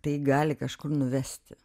tai gali kažkur nuvesti